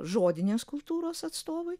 žodinės kultūros atstovai